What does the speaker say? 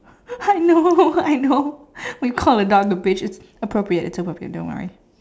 I know I know we called a dog a bitch it's appropriate it's appropriate don't worry